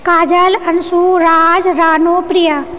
Kajal Anshu Raj Rano Priya